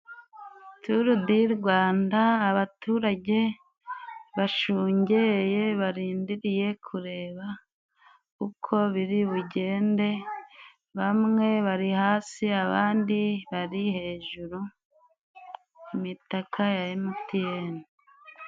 Turudirwanda abaturage bashungeye barindiriye kureba uko biri bugende bamwe bari hasi abandi bari hejuru imitaka ya emutiyene.